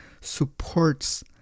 supports